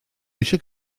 eisiau